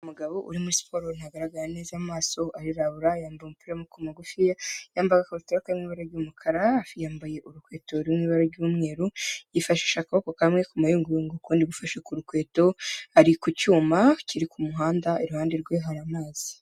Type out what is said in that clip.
Umugabo uri muri siporo ntagaragara neza amaso, arirabura yambaye agapira y'amaboko magufiya, yambaye agakabutura kari mu ibara ry'umukara, hasi yambaye urukweto ruri mu ibara ry'umweru, yifashishije akaboko kamwe ku mayunguyungu, ukundi gufashe ku rukweto, ari ku cyuma kiri ku muhanda, iruhande rwe hari amazi.